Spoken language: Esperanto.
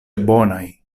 bonaj